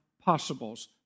possibles